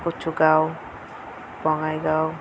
Kachugaon Bongaigaon